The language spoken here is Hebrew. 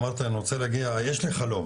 אמרתי שיש לי חלום